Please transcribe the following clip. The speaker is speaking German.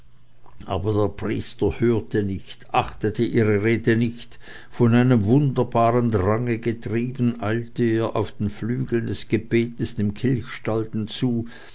aber der priester hörte nicht achtete ihre rede nicht von einem wunderbaren drange getrieben eilte er auf den flügeln des gebetes dem kilchstalden zu